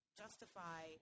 justify